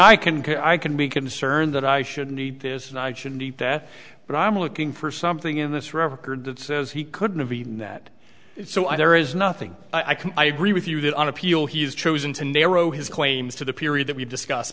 i can i can be concerned that i should need this and i shouldn't eat that but i'm looking for something in this record that says he couldn't have even that so i there is nothing i can i agree with you that on appeal he has chosen to narrow his claims to the period that we discuss